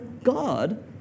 God